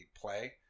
play